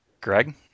Greg